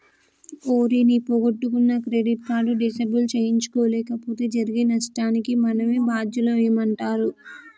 ఓరి నీ పొగొట్టుకున్న క్రెడిట్ కార్డు డిసేబుల్ సేయించలేపోతే జరిగే నష్టానికి మనమే బాద్యులమంటరా